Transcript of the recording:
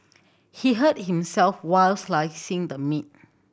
he hurt himself while slicing the meat